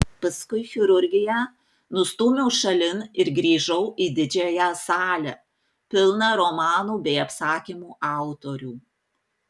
paskui chirurgiją nustūmiau šalin ir grįžau į didžiąją salę pilną romanų bei apsakymų autorių